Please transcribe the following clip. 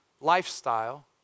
lifestyle